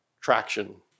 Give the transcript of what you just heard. traction